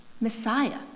Messiah